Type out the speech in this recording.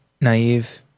Naive